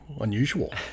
unusual